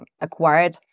acquired